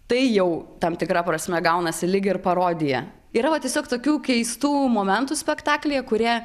tai jau tam tikra prasme gaunasi lyg ir parodija yra va tiesiog tokių keistų momentų spektaklyje kurie